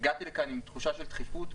הגעתי לכאן עם תחושה של דחיפות,